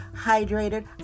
hydrated